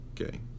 Okay